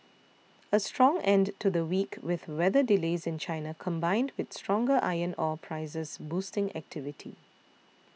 a strong end to the week with weather delays in China combined with stronger iron ore prices boosting activity